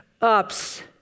ups